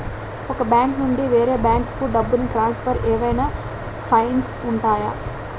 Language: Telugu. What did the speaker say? ఒక బ్యాంకు నుండి వేరే బ్యాంకుకు డబ్బును ట్రాన్సఫర్ ఏవైనా ఫైన్స్ ఉంటాయా?